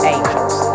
Angels